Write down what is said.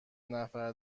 نفر